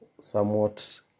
somewhat